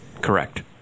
correct